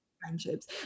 friendships